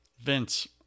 Vince